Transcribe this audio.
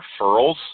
referrals